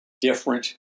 different